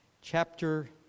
chapter